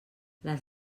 les